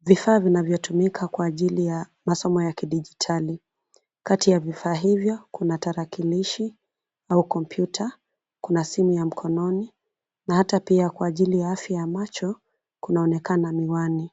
Vifaa vinavyotumika kwa ajili ya masomo ya kidijitali. Kati ya vifaa hivyo kuna tarakilishi au kompyuta, kuna simu ya mkononi, na hata pia kwa ajili ya afya ya macho, kunaonekana miwani.